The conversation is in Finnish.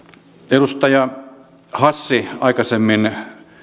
edustaja hassi aikaisemmin